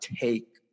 take